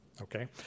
Okay